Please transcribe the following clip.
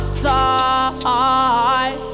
side